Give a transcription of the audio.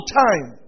time